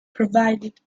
provided